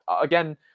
again